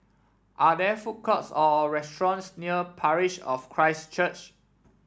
are there food courts or restaurants near Parish of Christ Church